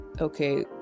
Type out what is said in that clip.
okay